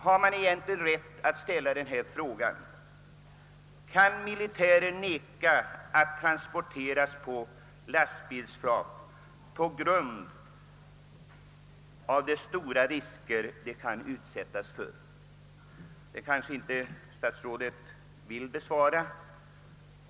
Jag vet inte om jag har rätt att ställa följande fråga: Kan de värnpliktiga vägra att låta sig transporteras på lastbilsflak på grund av de stora risker de då utsätts för? Den frågan kanske inte statsrådet vill besvara.